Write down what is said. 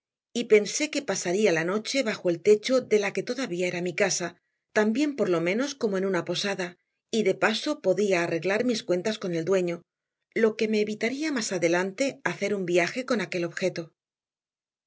y pensé que pasaría la noche bajo el techo de la que todavía era mi casa tan bien por lo menos como en una posada y de paso podía arreglar mis cuentas con el dueño lo que me evitaría más adelante hacer un viaje con aquel objeto